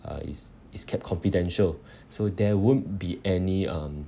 uh is is kept confidential so there won't be any um